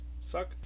suck